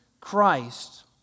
Christ